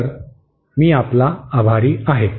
तर मी आपला आभारी आहे